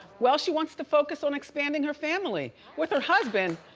well, she wants to focus on expanding her family with her husband,